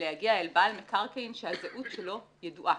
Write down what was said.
להגיע אל בעל מקרקעין שהזהות שלו ידועה.